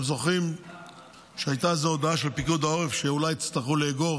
אתם זוכרים שהייתה איזו הודעה של פיקוד העורף שאולי יצטרכו לאגור